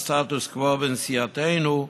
איפה שעוד מצילים את זה מהפורעים,